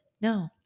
No